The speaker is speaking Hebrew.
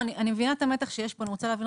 אני מבינה את המתח שיש ואני רוצה להבין.